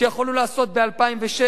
שיכולנו לעשות ב-2006.